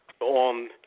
on